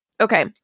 Okay